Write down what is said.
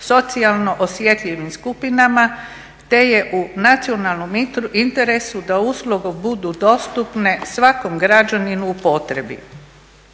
socijalno osjetljivim skupinama , te je u nacionalnom interesu da usluge budu dostupne svakom građaninu u potrebi.